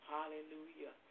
Hallelujah